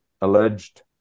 alleged